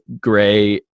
gray